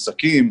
עסקים,